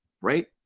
Right